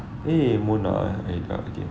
eh munah eh tak boleh tengok